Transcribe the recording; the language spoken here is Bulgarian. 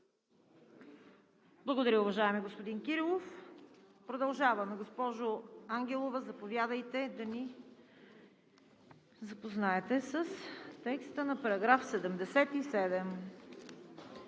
Благодаря, уважаеми господин Кирилов. Госпожо Ангелова, заповядайте да ни запознаете с текста на § 77.